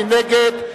מי נגד?